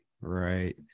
right